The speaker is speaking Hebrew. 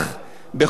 בכל מקרה,